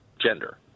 gender